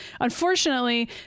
Unfortunately